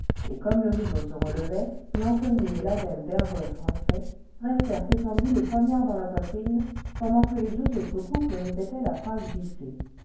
et comme le rideau se relevait l'antony et l'adèle d'hervey français restèrent étendus le poignard dans la poitrine pendant que les deux autres couples répétaient la phrase